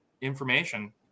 information